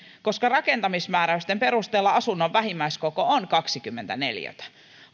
koska rakentamismääräysten perusteella asunnon vähimmäiskoko on kaksikymmentä neliötä